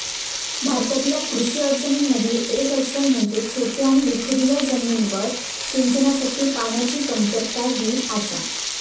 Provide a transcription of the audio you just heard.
भारतातल्या कृषी अडचणीं मधली येक अडचण म्हणजे छोट्या आणि विखुरलेल्या जमिनींवर सिंचनासाठी पाण्याची कमतरता ही आसा